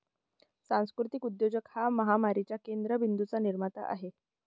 सांस्कृतिक उद्योजक हा महामारीच्या केंद्र बिंदूंचा निर्माता आहे